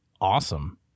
awesome